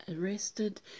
arrested